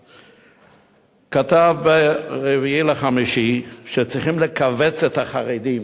כתב ב-4 במאי שצריכים לכווץ את החרדים,